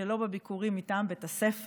שלא בביקורים מטעם בית הספר.